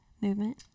movement